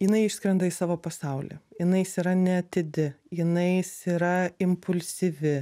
jinai išskrenda į savo pasaulį jinais yra neatidi jinais yra impulsyvi